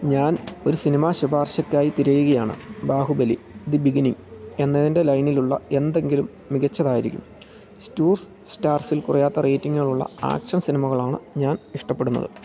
ഞാൻ ഒരു സിനിമ ശുപാർശക്കായി തിരയുകയാണ് ബാഹുബലി ദി ബിഗിനിങ് എന്നതിൻ്റെ ലൈനിലുള്ള എന്തെങ്കിലും മികച്ചതായിരിക്കും സ്റ്റുസ് സ്റ്റാർസിൽ കുറയാത്ത റേറ്റിംഗുകളുള്ള ആക്ഷൻ സിനിമകളാണ് ഞാൻ ഇഷ്ടപ്പെടുന്നത്